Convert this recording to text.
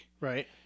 Right